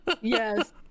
yes